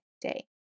day